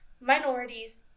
minorities